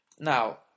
Now